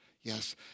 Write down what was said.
Yes